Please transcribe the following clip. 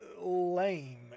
lame